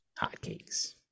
Hotcakes